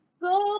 go